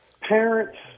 parents